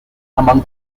among